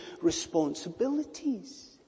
responsibilities